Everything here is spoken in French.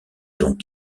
donc